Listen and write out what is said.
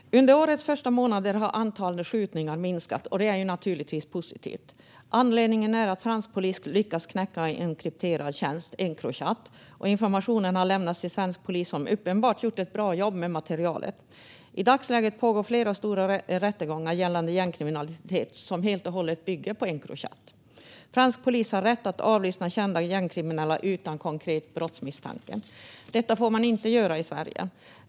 Herr talman! Under årets första månader har antalet skjutningar minskat, och det är naturligtvis positivt. Anledningen är att fransk polis lyckats knäcka en krypterad tjänst, Encrochat, och informationen har lämnats till svensk polis, som uppenbarligen har gjort ett bra jobb med materialet. I dagsläget pågår flera stora rättegångar gällande gängkriminalitet som helt och hållet bygger på Encrochat. Fransk polis har rätt att avlyssna kända gängkriminella utan konkret brottsmisstanke. Detta får man inte göra i Sverige.